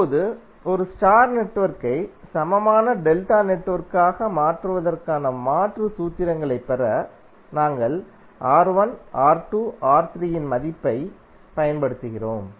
இப்போது ஒரு ஸ்டார் நெட்வொர்க்கை சமமான டெல்டா நெட்வொர்க்காக மாற்றுவதற்கான மாற்று சூத்திரங்களைப் பெற நாங்கள் R1 R2 R3 இன் மதிப்பை ப் பயன்படுத்துகிறோம்